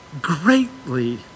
greatly